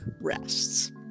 rests